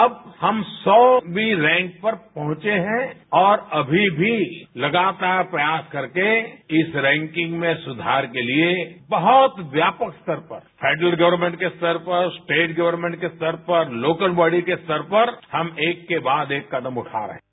अब हम सौंवी रैंक पर पहुंचे हैं और अभी भी लगातार प्रयास करके इस रैंकिंग में सुधार के लिए बहत व्यापक स्तर पर सेंटल गवर्मेट के स्तर पर स्टेट गवर्मेट के स्तर पर लोकल बॉडी के स्तर पर हम एक के बाद एक कदम उठा रहे हैं